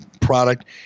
product